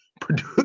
produce